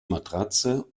matratze